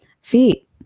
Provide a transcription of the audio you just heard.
Feet